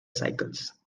cycles